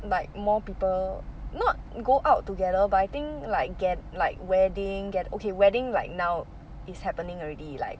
like more people not go out together but I think like gat~ like wedding gat~ okay wedding like now is happening already like